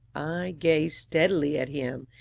gazed steadily at him,